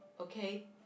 Okay